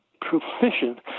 proficient